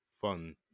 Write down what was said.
fun